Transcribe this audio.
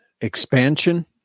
expansion